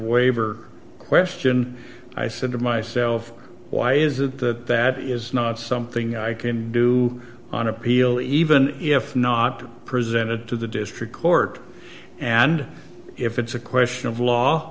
waiver question i said to myself why is it that that is not something i can do on appeal even if not presented to the district court and if it's a question of law